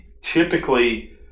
typically